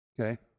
Okay